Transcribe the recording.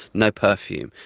no perfume,